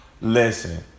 Listen